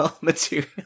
material